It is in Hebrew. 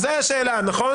זו השאלה, נכון?